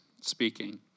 speaking